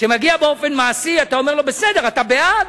כשמגיע באופן מעשי, אתה אומר לו: בסדר, אתה בעד,